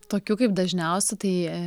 tokių kaip dažniausių tai